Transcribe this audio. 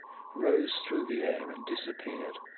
rose through the air and disappeared.